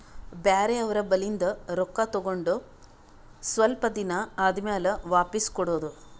ಬ್ಯಾರೆ ಅವ್ರ ಬಲ್ಲಿಂದ್ ರೊಕ್ಕಾ ತಗೊಂಡ್ ಸ್ವಲ್ಪ್ ದಿನಾ ಆದಮ್ಯಾಲ ವಾಪಿಸ್ ಕೊಡೋದು